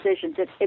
decisions